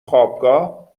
خوابگاه